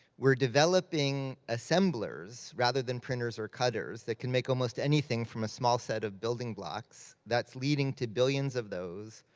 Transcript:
we're developing assemblers, rather than printers or cutters, that can make almost anything from a small set of building blocks. that's leading to billions of those.